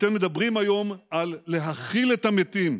אתם מדברים היום על להכיל את המתים,